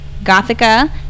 Gothica